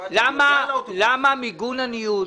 --- למה מיגון הניוד,